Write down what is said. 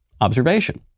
observation